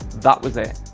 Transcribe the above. that was it.